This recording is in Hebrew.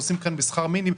חוסכים בשכר מינימום,